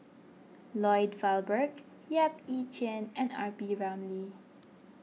Lloyd Valberg Yap Ee Chian and R P Ramlee